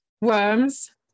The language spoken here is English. worms